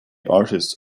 artists